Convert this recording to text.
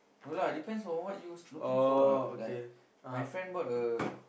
no lah depends on what you looking for ah like my friend bought a